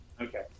Okay